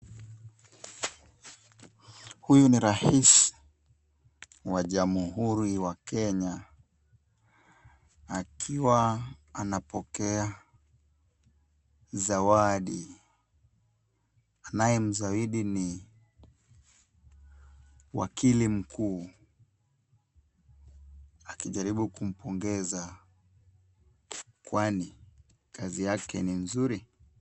Huyu ni rais, wa Jamuhuri wa Kenya, akiwa anapokea zawadi. Anayemzawadi ni wakili mkuu akijaribu kumpongeza kwani kazi yake ni nzuri.